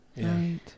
Right